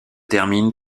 termine